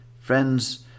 Friends